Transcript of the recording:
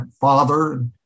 father